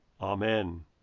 Amen